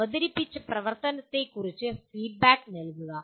അവതരിപ്പിച്ച പ്രവർത്തനത്തെക്കുറിച്ച് ഫീഡ്ബാക്ക് നൽകുക